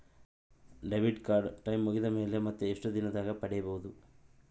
Debit card time ಮುಗಿದ ಮೇಲೆ ಮತ್ತೆ ಎಷ್ಟು ದಿನದಾಗ ಪಡೇಬೋದು?